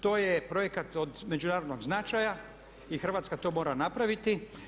To je projekt od međunarodnog značaja i Hrvatska to mora napraviti.